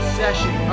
session